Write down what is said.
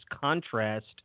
contrast